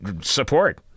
support